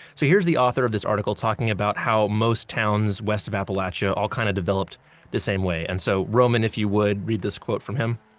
so here's the author of this article talking about how most towns west of appalachia all kind of developed the same way. and so roman, if you would read this quote from him